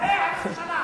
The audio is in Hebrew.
שרי הממשלה.